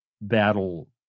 battle